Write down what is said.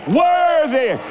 worthy